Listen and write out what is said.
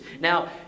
Now